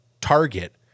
target